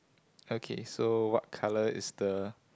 okay so what colour is the